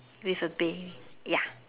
with a Bay ya